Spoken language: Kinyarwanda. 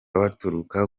baturuka